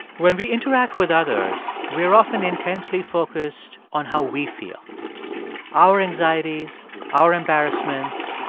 when we interact with others, we are often intensely focused on how we feel our anxieties, our embarrassments,